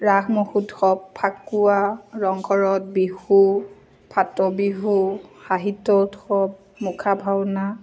ৰাস মহোৎসৱ ফাকুৱা ৰংঘৰত বিহু ফাট বিহু সাহিত্য উৎসৱ মুখা ভাওনা